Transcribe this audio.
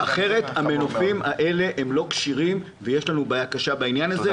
-- אחרת המנופים האלה לא כשירים ויש לנו בעיה קשה בעניין הזה,